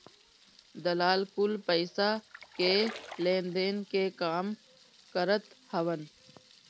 दलाल कुल पईसा के लेनदेन के काम करत हवन